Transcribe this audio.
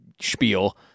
spiel